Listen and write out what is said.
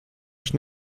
ich